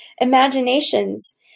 imaginations